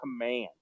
command